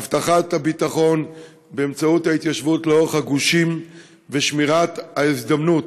בהבטחת ביטחון באמצעות ההתיישבות לאורך הגושים ובשמירת ההזדמנות